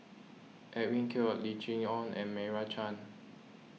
Edwin Koek Lim Chee Onn and Meira Chand